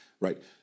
Right